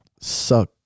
suck